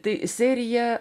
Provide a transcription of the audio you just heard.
tai serija